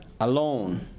alone